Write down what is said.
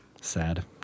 Sad